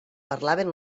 parlaven